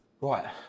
right